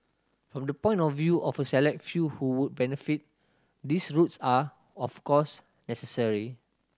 from the point of view of the select few who would benefit these routes are of course necessary